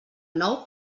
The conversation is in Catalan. nou